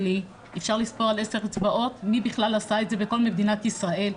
אפשר לספור על עשר אצבעות מי בכלל עשה את זה במדינת ישראל.